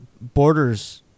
Borders